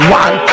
one